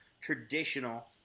traditional